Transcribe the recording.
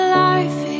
life